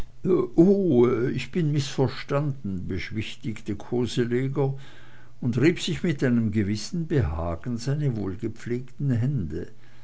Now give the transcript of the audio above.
ich bin mißverstanden beschwichtigte koseleger und rieb sich mit einem gewissen behagen seine wohlgepflegten hände